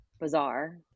bizarre